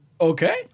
Okay